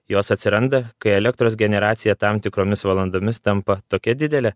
jos atsiranda kai elektros generacija tam tikromis valandomis tampa tokia didelė